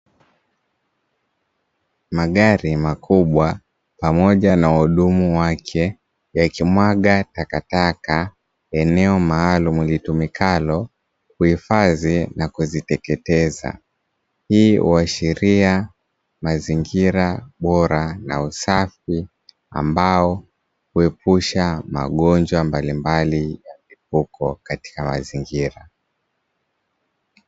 Magari makubwa pamoja na wahudumu wake yakimwaga takataka eneo maalumu litumikalo kuhifadhi na kuziteketeza, hii huashiria mazingira bora ya usafi ambayo huepusha magonjwa mbalimbali ya mlipuko katika mazingira.